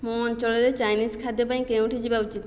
ମୋ ଅଞ୍ଚଳରେ ଚାଇନିଜ୍ ଖାଦ୍ୟ ପାଇଁ କେଉଁଠି ଯିବା ଉଚିତ୍